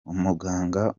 umuganga